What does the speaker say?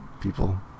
people